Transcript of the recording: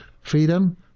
freedom